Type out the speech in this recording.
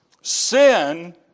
Sin